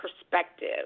perspective